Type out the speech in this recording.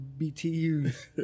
BTUs